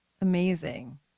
amazing